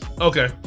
Okay